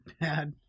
bad